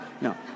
no